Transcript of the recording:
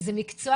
זה מקצוע